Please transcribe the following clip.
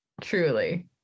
truly